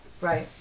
Right